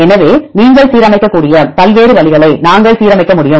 எனவே நீங்கள் சீரமைக்கக்கூடிய பல்வேறு வழிகளை நாங்கள் சீரமைக்க முடியும்